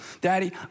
daddy